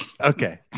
Okay